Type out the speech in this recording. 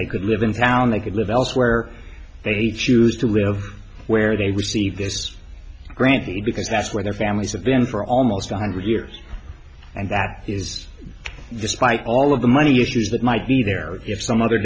they could live in town they could live elsewhere they choose to live where they receive this grantley because that's where their families have been for almost one hundred years and that is despite all of the money issues that might be there if some other